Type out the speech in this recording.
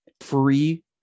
free